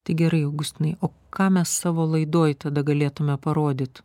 tai gerai augustinai o ką mes savo laidoj tada galėtume parodyti